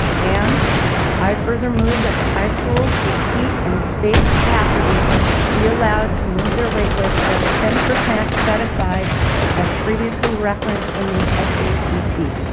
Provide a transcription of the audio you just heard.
and i further move that the high schools with seat and space capacity be allowed to move their waitlist by the ten percent set aside as previously referenced in the satp.